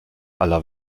aller